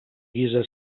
guisa